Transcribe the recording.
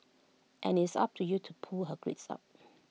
and IT is up to you to pull her grades up